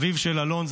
אביו של אלון,